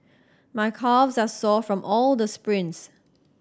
my calves are sore from all the sprints